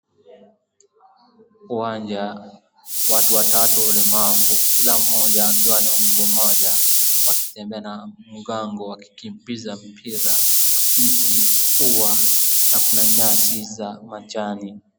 Uwanja watu watatu walemavu kila mmoja akiwa na mguu mmoja wakitembea na mgango wakikimbiza mpira, mti huwa na kuna nyasi za majani.